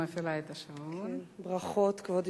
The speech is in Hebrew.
ברכות, כבוד